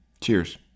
Cheers